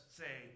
say